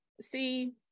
See